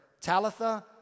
Talitha